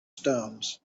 stones